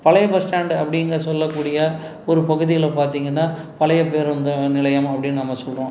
பழைய bus stand அப்படின்னு சொல்லக்கூடிய ஒரு பகுதியில் பார்த்தீங்கன்னா பழைய பேருந்து நிலையம் அப்படின்னு நம்ம சொல்கிறோம்